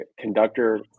conductor